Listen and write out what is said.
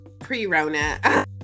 pre-Rona